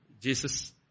Jesus